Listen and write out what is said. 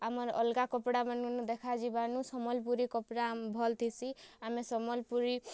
ଆମର୍ ଅଲ୍ଗା କପ୍ଡ଼ାମାନର୍ନୁ ଦେଖାଯିବାନୁ ସମ୍ବଲପୁରୀ କପ୍ଡ଼ା ଭଲ୍ ଥିସି ଆମେ ସମଲ୍ପୁରୀ